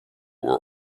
were